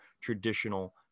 traditional